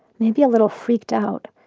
maybe a little freaked out.